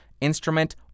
instrument